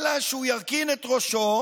אלא שהוא ירכין את ראשו,